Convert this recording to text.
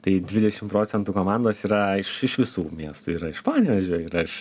tai dvidešim procentų komandos yra iš iš visų miestų yra iš panevėžio yra iš